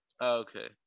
Okay